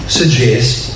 suggest